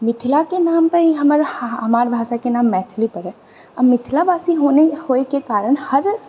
मिथिलाके नाम पर ही हमर हमार भाषाके नाम मैथिली पड़ल आओर मिथिलावासी होने होएके कारण हर